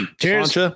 Cheers